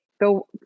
Go